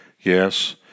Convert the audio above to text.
Yes